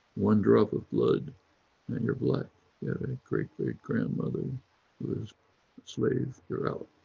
one drop of blood and you're black. you have a great great grandmother who was slave, you're out.